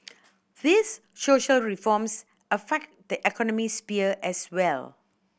these social reforms affect the economic sphere as well